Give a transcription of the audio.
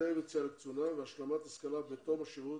ותנאי יציאה לקצונה והשלמת השכלה בתום השירות,